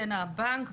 בין הבנק,